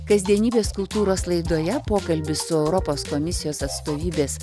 kasdienybės kultūros laidoje pokalbis su europos komisijos atstovybės